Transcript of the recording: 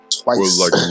Twice